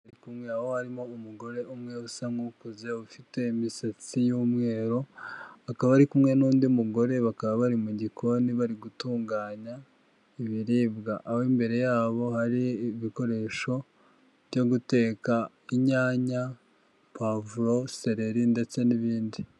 Kumwe aho harimo umugore umwe usa nk'ukuze ufite imisatsi y'umweru, akaba ari kumwe n'undi mugore bakaba bari mu gikoni bari gutunganya ibiribwa. Aho imbere yabo hari ibikoresho byo guteka inyanya, pavuro, seleri ndetse n'ibindi.